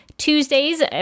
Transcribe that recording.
Tuesdays